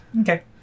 okay